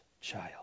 child